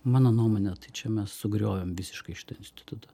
mano nuomone tai čia mes sugriovėm visiškai šitą institutą